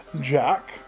Jack